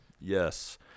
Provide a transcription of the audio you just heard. Yes